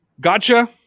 Gotcha